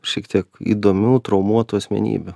šiek tiek įdomių traumuotų asmenybių